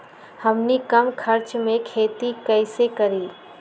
हमनी कम खर्च मे खेती कई से करी?